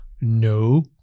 No